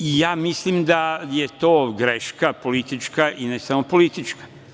Ja mislim da je to greška, politička, i ne samo politička.